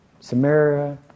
Samaria